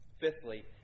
Fifthly